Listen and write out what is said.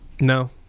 No